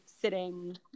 sitting